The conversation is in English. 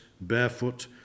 barefoot